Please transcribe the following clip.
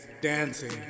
dancing